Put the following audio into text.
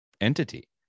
entity